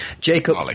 Jacob